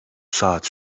saat